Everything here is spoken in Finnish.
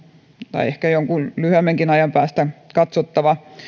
tai ehkä jonkun lyhyemmänkin ajan päästä katsottava vastuiden selkeys